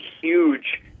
huge